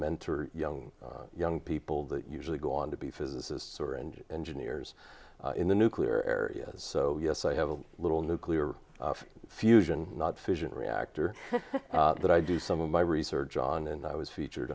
mentor young young people that usually go on to be physicists or and engineers in the nuclear areas so yes i have a little nuclear fusion not fission reactor that i do some of my research on and i was featured